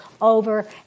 over